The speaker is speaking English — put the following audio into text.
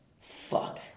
Fuck